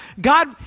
God